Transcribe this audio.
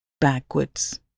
backwards